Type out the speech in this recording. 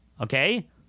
Okay